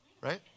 right